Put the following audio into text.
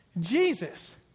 Jesus